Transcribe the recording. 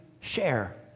share